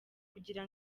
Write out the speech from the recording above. kugira